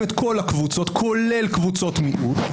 את כל הקבוצות כולל קבוצות מיעוט,